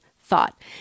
thought